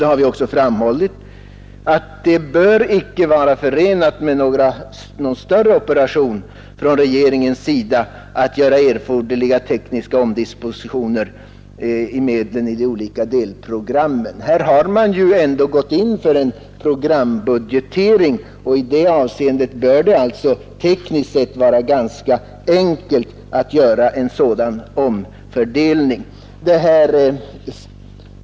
Vi har vidare framhållit att det inte bör vara förenat med någon större operation från regeringens sida att göra erforderliga tekniska omdispositioner av medlen i de olika delprogrammen. Här har man ju ändå gått in för en programbudgetering, och det bör alltså tekniskt sett vara ganska enkelt att göra en sådan omfördelning.